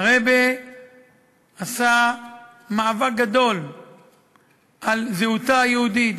שהרעבע עשה מאבק גדול על זהותה היהודית,